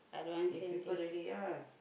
if people really ya